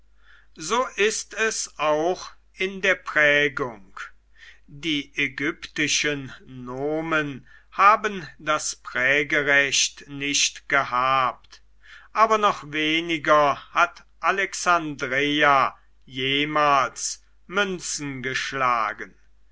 so ist es auch in der prägung die ägyptischen nomen haben das prägerecht nicht gehabt aber noch weniger hat alexandreia jemals münzen geschlagen